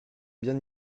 bien